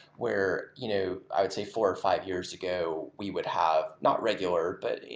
where you know i would say four or five years ago we would have, not regular, but